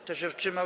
Kto się wstrzymał?